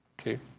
okay